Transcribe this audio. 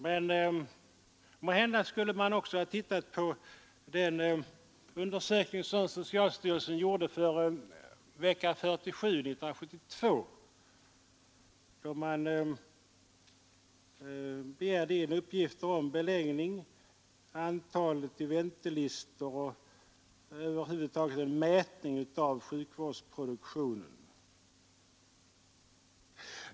Men måhända skulle man också ha tittat på den undersökning som socialstyrelsen gjorde för vecka 47 år 1972, då styrelsen begärde in uppgifter om beläggning samt antalet personer på väntelistor och över huvud taget gjorde en mätning av sjukvårdsproduktionen.